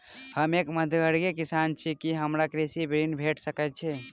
हम एक मध्यमवर्गीय किसान छी, की हमरा कृषि ऋण भेट सकय छई?